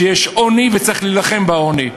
שיש עוני ושצריך להילחם בעוני.